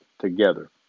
together